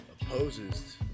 opposes